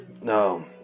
No